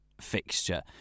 fixture